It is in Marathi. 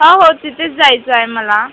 हो हो तिथेच जायचं आहे मला